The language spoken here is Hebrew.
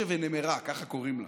משה ונמרה, ככה קוראים לה.